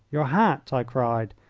your hat! i cried.